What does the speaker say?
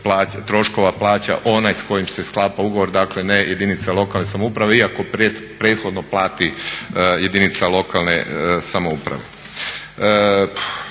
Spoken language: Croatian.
troškova plaća onaj s kojim se sklapa ugovor dakle ne jedinica lokalne samouprave iako prethodno plati jedinica lokalne samouprave.